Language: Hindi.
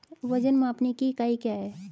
वजन मापने की इकाई क्या है?